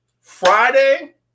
Friday